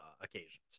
occasions